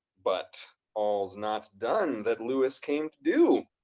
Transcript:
but all's not done that lewis came to do.